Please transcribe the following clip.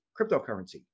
cryptocurrency